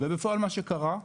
ובפועל מה שקרה,